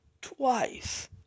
twice